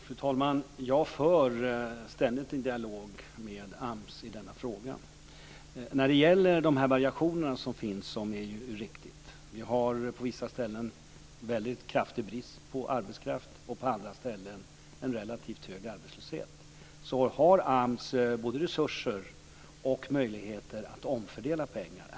Fru talman! Jag för ständigt en dialog med AMS i denna fråga. Det är riktigt att det finns variationer. På vissa ställen är det en väldigt stor brist på arbetskraft medan det på andra ställen är en relativt hög arbetslöshet. AMS har både resurser och möjligheter att omfördela pengarna.